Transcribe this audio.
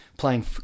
playing